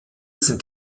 sind